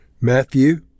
Matthew